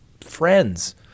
friends